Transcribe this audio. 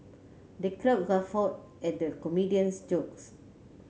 the crowd guffawed at the comedian's jokes